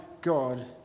God